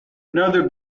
another